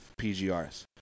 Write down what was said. PGRs